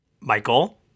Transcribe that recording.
Michael